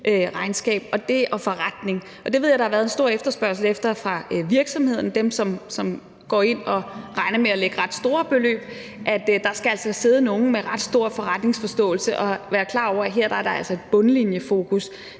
regnskab og forretning. Det ved jeg der har været en stor efterspørgsel efter fra virksomhederne – dem, som regner med at gå ind og lægge ret store beløb – altså at der skal sidde nogle med en ret stor forretningsforståelse og være klar over, at der her altså er et bundlinjefokus;